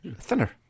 thinner